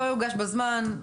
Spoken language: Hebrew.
לא הוגש בזמן,